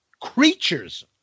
Creatures